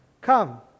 Come